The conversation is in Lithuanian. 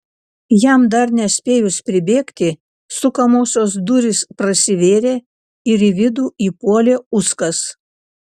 jam dar nespėjus pribėgti sukamosios durys prasivėrė ir į vidų įpuolė uskas